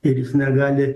ir jis negali